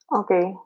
okay